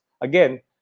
again